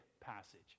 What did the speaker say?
passage